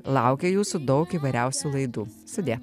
laukia jūsų daug įvairiausių laidų sudie